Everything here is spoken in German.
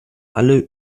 alle